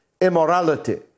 immorality